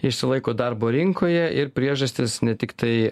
išsilaiko darbo rinkoje ir priežastys ne tiktai